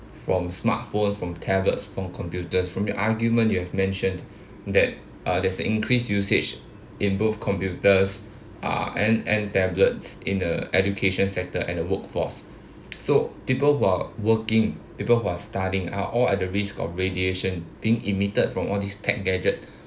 from smartphone from tablets from computers from your argument you have mentioned that uh there's an increase usage in both computers uh and and tablets in the education sector and the workforce so people who are working people who are studying are all at the risk of radiation being emitted from all these tech gadget